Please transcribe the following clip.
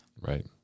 Right